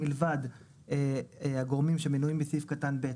מלבד הגורמים שמנויים בסעיף קטן ב',